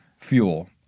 fuel